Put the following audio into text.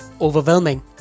overwhelming